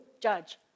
judge